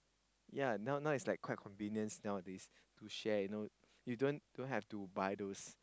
ya now now is like quite convenient nowadays to share you know you don't don't have to buy those